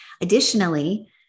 Additionally